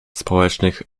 społecznych